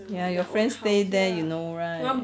ya your friend stay there you know right